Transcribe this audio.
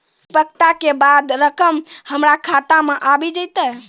परिपक्वता के बाद रकम हमरा खाता मे आबी जेतै?